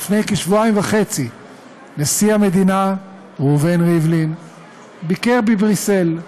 לפני כשבועיים וחצי נשיא המדינה ראובן ריבלין ביקר בבריסל,